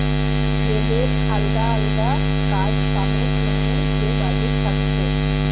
রেলের আলদা আলদা কাজ কামের জন্যে যে বাজেট থাকছে